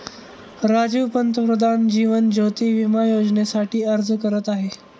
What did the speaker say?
राजीव पंतप्रधान जीवन ज्योती विमा योजनेसाठी अर्ज करत आहे